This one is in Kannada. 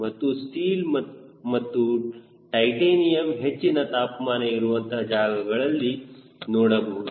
ಹಾಗೂ ಸ್ಟೀಲ್ ಮತ್ತು ಟೈಟೇನಿಯಮ್ ಹೆಚ್ಚಿನ ತಾಪಮಾನ ಇರುವಂತಹ ಜಾಗಗಳಲ್ಲಿ ನೋಡಬಹುದು